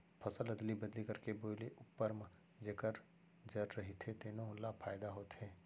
फसल अदली बदली करके बोए ले उप्पर म जेखर जर रहिथे तेनो ल फायदा होथे